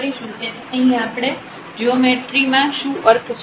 તેથી અહીં આપણો જીઓમેટ્રિ માં શું અર્થ છે